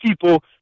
people